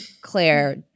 Claire